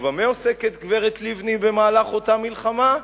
במה עוסקת גברת לבני במהלך אותה מלחמה?